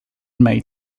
may